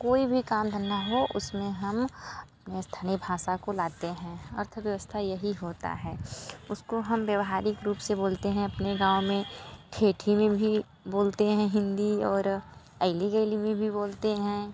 कोई भी काम धंधा हो उसमें हम स्थानीय भाषा को लाते हैं अर्थव्यवस्था यही होता है उसको हम व्यावहारिक रूप से बोलते हैं अपने गाँव में ठेठ हिंदी में भी बोलते हैं हिंदी और ऐली गेली में भी बोलते हैं